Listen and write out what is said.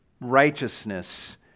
righteousness